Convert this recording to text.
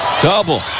double